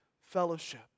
fellowship